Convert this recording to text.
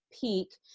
peak